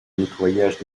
nettoyage